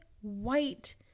white